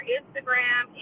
Instagram